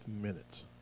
minutes